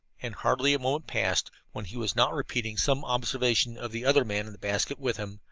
and hardly a moment passed when he was not repeating some observation of the other man in the basket with him,